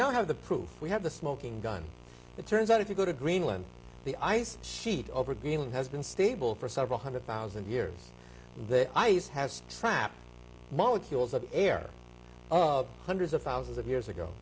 now have the proof we have the smoking gun it turns out if you go to greenland the ice sheet over greenland has been stable for several one hundred thousand years the ice has trapped molecules of air hundreds of thousands of years ago